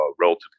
relatively